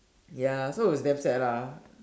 ya so it's damn sad ah